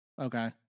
Okay